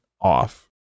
off